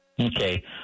Okay